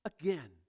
again